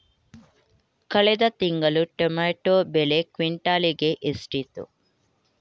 ಕಳೆದ ತಿಂಗಳು ಟೊಮ್ಯಾಟೋ ಬೆಲೆ ಕ್ವಿಂಟಾಲ್ ಗೆ ಎಷ್ಟಿತ್ತು?